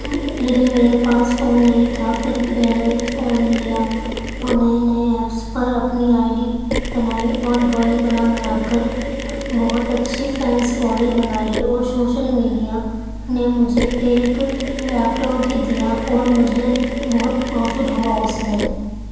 تو لیکن میرے پاس فون نہیں تھا پھر میں نے فون لیا اور نئے نئے ایپس پر اپنی آئی ڈی بنائی اور ڈرائنگ بنا بنا کر بہت اچھی فرینڈس فالوئنگ بنا لی اور شوشل میڈیا نے مجھے ایک لیپ ٹاپ بھی دیا اور مجھے بہت پرافٹ ہوا اس میں